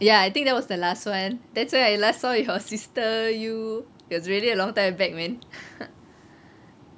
ya I think that was the last one that's where I last saw your sister you that was really a long time back man